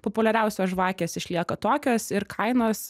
populiariausios žvakės išlieka tokios ir kainos